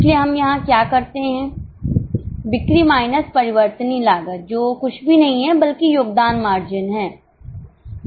इसलिए हम यहां क्या करते हैं बिक्री माइनस परिवर्तनीय लागत जो कुछ भी नहीं है बल्कि योगदान मार्जिन है